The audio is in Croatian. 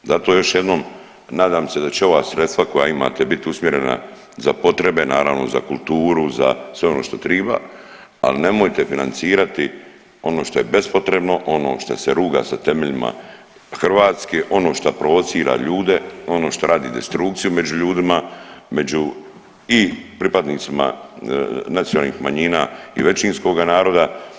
Zato još jednom nadam se da će ova sredstva koja imate bit usmjerena za potrebe naravno za kulturu, za sve ono što triba, al nemojte financirati ono što je bespotrebno, ono šta se ruga sa temeljima Hrvatske, ono šta provocira ljude, ono šta radi destrukciju među ljudima, među i pripadnicima nacionalnih manjina i većinskog naroda.